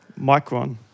Micron